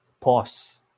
Pause